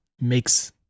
makes